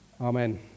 Amen